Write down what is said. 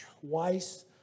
twice